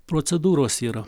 procedūros yra